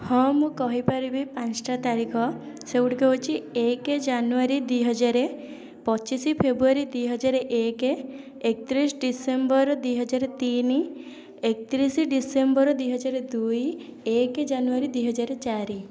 ହଁ ମୁଁ କହିପାରିବି ପାଞ୍ଚଟା ତାରିଖ ସେଗୁଡ଼ିକ ହେଉଛି ଏକ ଜାନୁଆରୀ ଦୁଇ ହଜାର ପଚିଶ ଫେବୃଆରୀ ଦୁଇ ହଜାର ଏକ ଏକତିରିଶ ଡିସେମ୍ବର ଦୁଇ ହଜାର ତିନି ଏକତିରିଶ ଡିସେମ୍ବର ଦୁଇହଜାର ଦୁଇ ଏକ ଜାନୁଆରୀ ଦୁଇହଜାର ଚାରି